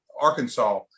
Arkansas